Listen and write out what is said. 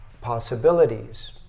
possibilities